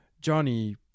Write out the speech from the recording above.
Johnny